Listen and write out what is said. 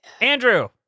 Andrew